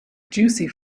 juicy